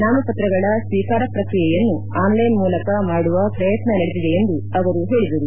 ನಾಮಪ್ರತಗಳ ಸ್ಟೀಕಾರ ಪ್ರಕ್ರಿಯೆಯನ್ನು ಆನ್ಲೈನ್ ಮೂಲಕ ಮಾಡುವ ಪ್ರಯತ್ನ ನಡೆದಿದೆ ಎಂದು ಅವರು ಹೇಳಿದರು